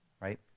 right